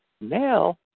Now